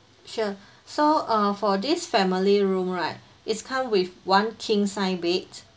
sure so uh for this family room right is come with one king size bed